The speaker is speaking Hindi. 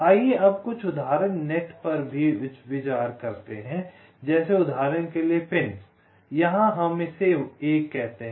आइये अब कुछ उदाहरण नेट पर भी विचार करते हैं जैसे उदाहरण के लिए पिन यहाँ हम इसे 1 कहते हैं